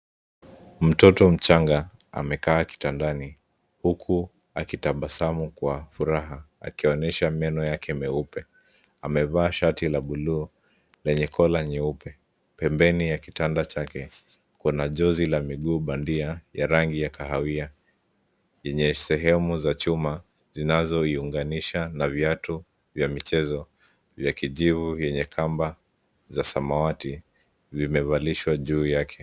Mtoto mchanga, amekaa kitandani, huku akitabasamu kwa furaha, akionyesha meno yake meupe. Amevaa shati la buluu, lenye kola nyeupe. Pembeni ya kitanda chake, kuna jozi la miguu bandia, ya rangi ya kahawia, yenye sehemu za chuma, zinazoiunganisha na viatu vya michezo, vya kijivu, yenye kamba za samawati, vimevalishwa juu yake.